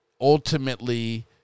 ultimately